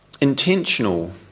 intentional